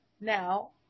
Now